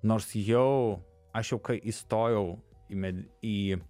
nors jau aš jau kai įstojau į medi į